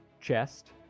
chest